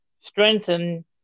strengthen